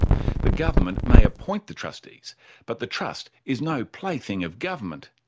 the government may appoint the trustees but the trust is no plaything of government,